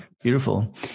Beautiful